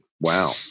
Wow